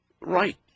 right